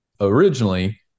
Originally